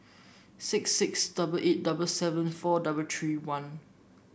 six six double eight double seven four double three one